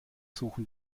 suchen